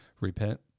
Repent